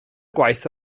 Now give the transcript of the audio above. gwaith